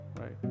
right